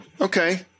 Okay